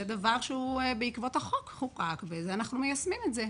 זה דבר שחוקק בעקבות החוק ואנחנו מיישמים את זה.